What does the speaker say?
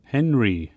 Henry